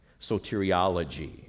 soteriology